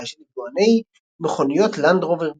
של יבואני מכוניות לנד רובר בישראל.